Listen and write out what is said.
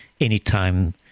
anytime